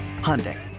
Hyundai